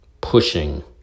pushing